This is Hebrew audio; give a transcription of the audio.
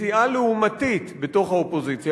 מסיעה לעומתית בתוך האופוזיציה,